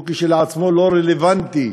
שהוא כשלעצמו לא רלוונטי,